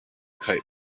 kite